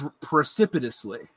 precipitously